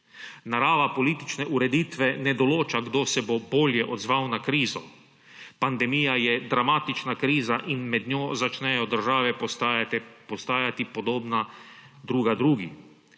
Narava politične ureditve ne določa, kdo se bo bolje odzval na krizo. Pandemija je dramatična kriza in med njo začnejo države postajati podobna druga drugi.